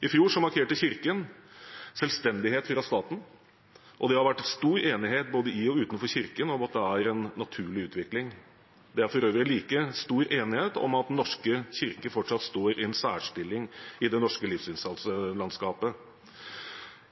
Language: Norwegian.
I fjor markerte Kirken selvstendighet fra staten, og det har vært stor enighet både i og utenfor Kirken om at det er en naturlig utvikling. Det er for øvrig like stor enighet om at Den norske kirke fortsatt står i en særstilling i det norske livssynslandskapet.